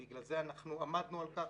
בגלל זה עמדנו על כך